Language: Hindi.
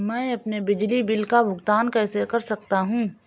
मैं अपने बिजली बिल का भुगतान कैसे कर सकता हूँ?